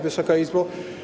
Wysoka Izbo!